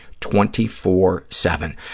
24-7